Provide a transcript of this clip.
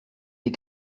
des